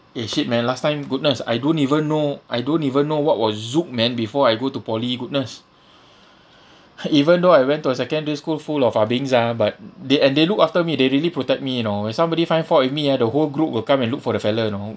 eh shit man last time goodness I don't even know I don't even know what was Zouk man before I go to poly goodness even though I went to a secondary school full of ah bengs ah but they and they look after me they really protect me you know if somebody find fault with me ah the whole group will come and look for the fellow you know